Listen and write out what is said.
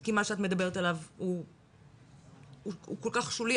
כי מה שאת מדברת עליו הוא כל כך שולי,